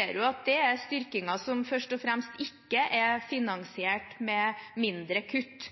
er styrkinger som ikke først og fremst er finansiert med mindre kutt.